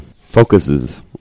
focuses